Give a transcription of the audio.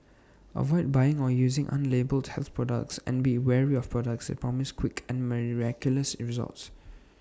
avoid buying or using unlabelled health products and be wary of products that promise quick and miraculous results